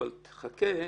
אבל חכה,